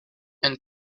and